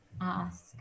ask